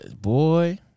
boy